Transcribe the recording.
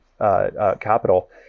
capital